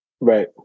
Right